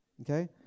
Okay